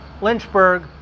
Lynchburg